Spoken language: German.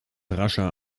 rascher